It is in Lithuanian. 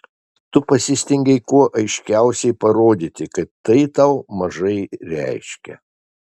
tu pasistengei kuo aiškiausiai parodyti kad tai tau mažai reiškia